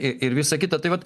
į ir visa kita tai vat